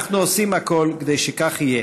אנחנו עושים הכול כדי שכך יהיה,